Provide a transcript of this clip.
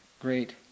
great